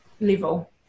level